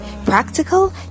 Practical